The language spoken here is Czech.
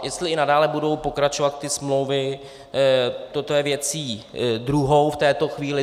Jestli i nadále budou pokračovat ty smlouvy, to je věcí druhou v této chvíli.